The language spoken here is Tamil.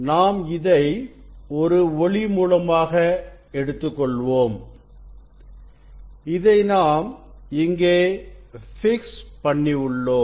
நாம் இதை ஒரு ஒளி மூலமாக எடுத்துக் கொள்வோம் இது இங்கே பொருத்தி வைக்கப்பட்டுள்ளது